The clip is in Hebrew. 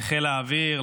לחיל האוויר,